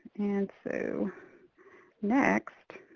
and so next